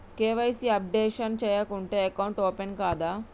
KYC updation చేయకుంటే account open కాదా?